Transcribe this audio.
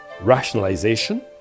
rationalization